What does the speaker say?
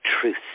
truth